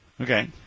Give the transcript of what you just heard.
Okay